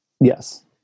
Yes